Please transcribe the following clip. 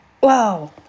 Wow